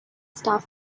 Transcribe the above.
staff